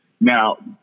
Now